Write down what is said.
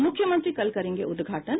मुख्यमंत्री कल करेंगे उदघाटन